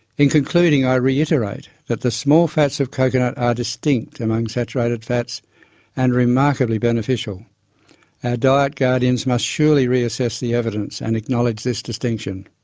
in concluding, i reiterate that the small fats of coconut are distinct among saturated fats and remarkably beneficial. our diet guardians must surely reassess the evidence and acknowledge this distinction.